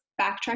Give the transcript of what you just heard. backtrack